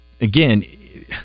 again